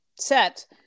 set